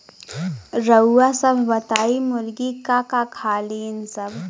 रउआ सभ बताई मुर्गी का का खालीन सब?